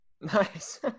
Nice